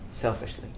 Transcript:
selfishly